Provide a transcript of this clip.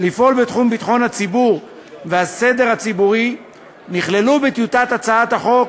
לפעול בתחום ביטחון הציבור והסדר הציבורי נכללו בטיוטת הצעת חוק